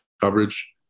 coverage